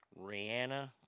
Rihanna